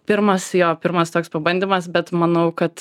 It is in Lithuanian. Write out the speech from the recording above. pirmas jo pirmas toks pabandymas bet manau kad